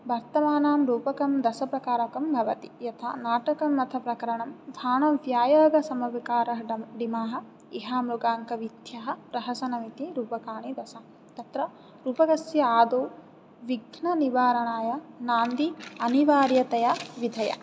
वर्तमानं रूपकं दशप्रकारकं भवति यथा नाटकमथप्रकरणं भाणव्यायोगसमवकारडिमः ईहामृगाङ्कवीथ्यः प्रहसनमिति रूपकाणि दश तत्र रूपकस्य आदौ विघ्ननिवारणाय नान्दी अनिवार्यतया विधेया